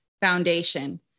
Foundation